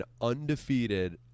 undefeated